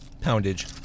poundage